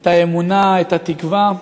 את האמונה, את התקווה,